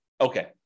Okay